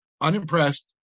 unimpressed